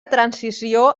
transició